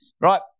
right